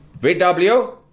VW